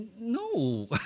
No